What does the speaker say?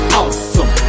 awesome